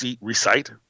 recite